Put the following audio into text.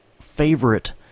favorite